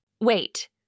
Wait